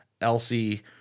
Elsie